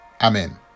Amen